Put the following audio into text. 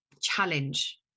challenge